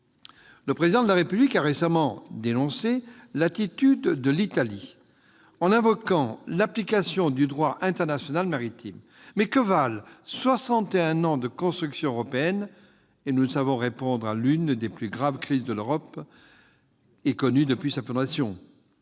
Le Président de la République a récemment dénoncé l'attitude de l'Italie en invoquant l'application du droit international maritime. Mais que valent soixante et un ans de construction européenne si nous ne savons répondre à l'une des plus graves crises que l'Europe ait connue depuis sa fondation